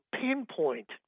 pinpoint